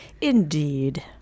Indeed